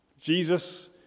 Jesus